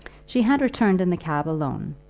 she had returned in the cab alone,